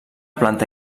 planta